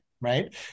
Right